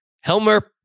Helmer